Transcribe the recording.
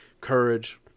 courage